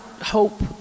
hope